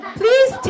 please